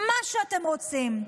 מה שאתם רוצים.